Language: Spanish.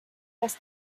las